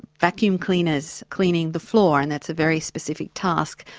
vacuum cleaners cleaning the floor, and that's a very specific task.